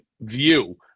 view